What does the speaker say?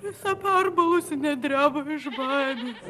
visa perbalusi net dreba iš baimės